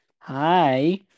Hi